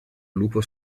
lupo